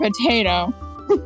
potato